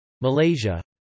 Malaysia